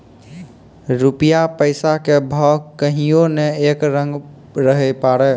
रूपया पैसा के भाव कहियो नै एक रंग रहै पारै